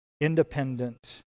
independent